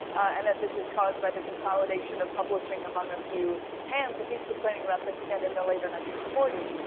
and that this is caused by the consolidation of publishing among a few hands, and he's complaining about this, again, in the later nineteen forty s,